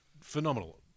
phenomenal